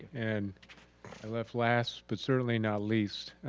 and i left last but certainly not least,